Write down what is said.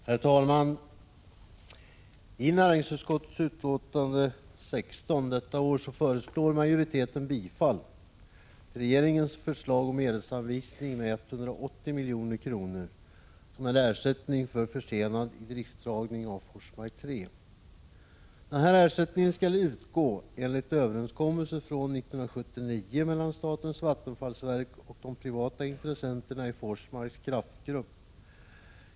Herr talman! I näringsutskottets betänkande 16 föreslår majoriteten bifall till regeringens förslag om medelsanvisning med 180 milj.kr. avseende ersättning för försenad idrifttagning av Forsmark 3. Ersättningen skall utgå enligt överenskommelse från 1979 mellan statens vattenfallsverk och de privata intressenterna i Forsmarks Kraftgrupp AB.